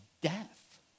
death